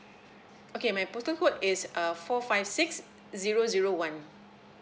okay my postal code is uh four five six zero zero one